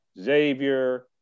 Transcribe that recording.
Xavier